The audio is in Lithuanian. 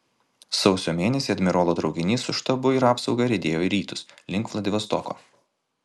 sausio mėnesį admirolo traukinys su štabu ir apsauga riedėjo į rytus link vladivostoko